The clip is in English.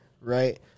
Right